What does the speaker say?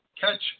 Catch